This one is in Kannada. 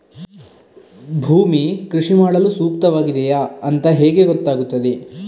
ಭೂಮಿ ಕೃಷಿ ಮಾಡಲು ಸೂಕ್ತವಾಗಿದೆಯಾ ಅಂತ ಹೇಗೆ ಗೊತ್ತಾಗುತ್ತದೆ?